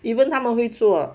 even 他们会做